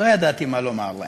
לא ידעתי מה לומר.